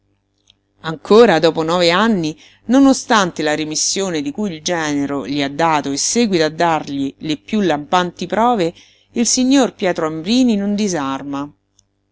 ancora dopo nove anni non ostante la remissione di cui il genero gli ha dato e seguita a dargli le piú lampanti prove il signor pietro ambrini non disarma